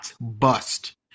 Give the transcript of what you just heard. bust